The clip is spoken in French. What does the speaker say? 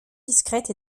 discrètes